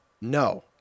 No